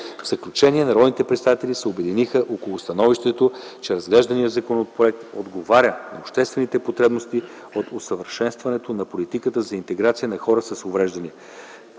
В заключение, народните представители се обединиха около становището, че разглежданият законопроект отговаря на обществените потребности от усъвършенстването на политиката за интеграция на хората с увреждания,